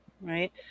Right